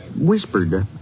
whispered